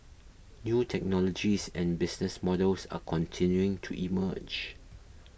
new technologies and business models are continuing to emerge